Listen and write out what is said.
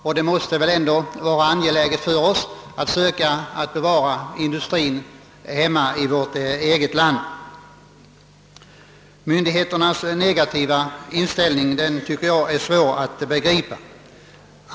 Och det måste ju vara angeläget för oss att få behålla industrierna hemma i vårt eget land. Myndigheternas negativa inställning i det fallet är svår att förstå.